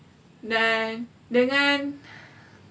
dan dengan